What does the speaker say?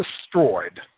destroyed